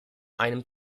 einen